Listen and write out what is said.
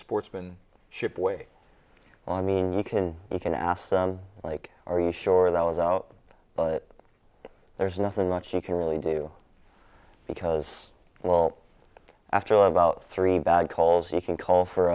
sportsman ship way on means you can you can ask like are you sure that was out but there's nothing much you can really do because well after about three bad calls you can call for